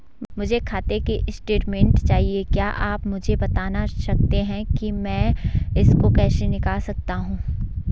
मुझे खाते की स्टेटमेंट चाहिए क्या आप मुझे बताना सकते हैं कि मैं इसको कैसे निकाल सकता हूँ?